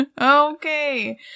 Okay